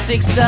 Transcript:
Six